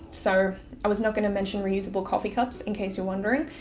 so i was not going to mention reusable coffee cups, in case you're wondering.